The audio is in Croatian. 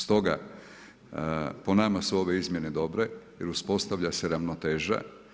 Stoga po nama su ove izmjene dobre jer uspostavlja se ravnoteža.